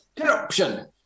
Corruption